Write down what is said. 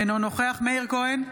אינו נוכח מאיר כהן,